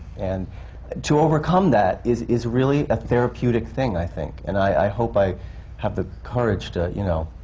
and to overcome that is is really a therapeutic thing, i think. and i hope i have the courage to, you know,